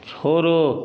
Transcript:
छोड़ो